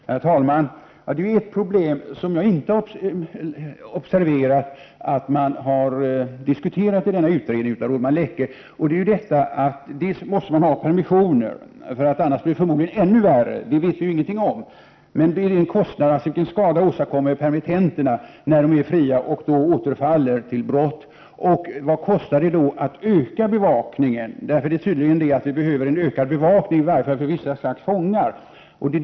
Herr talman! Visst måste man ha permissioner, för annars blir det förmodligen ännu värre; det vet vi ingenting om. Ett problem som jag inte har sett att man har diskuterat i denna utredning av lagman Leche är vilken kostnad och vilken skada permittenterna åstadkommer när de är fria och återfaller till brott. Vad kostar det då att öka bevakningen? Det är tydligt att vi behöver en ökad bevakning, i varje fall för vissa slags fångar.